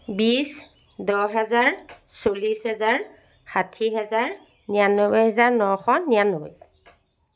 বিছ দহ হেজাৰ চল্লিছ হেজাৰ ষাঠি হেজাৰ নিৰান্নব্বৈ হেজাৰ নশ নিৰান্নব্বৈ